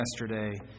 yesterday